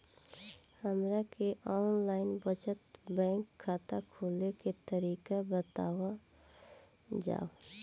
हमरा के online बचत बैंक खाता खोले के तरीका बतावल जाव?